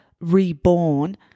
reborn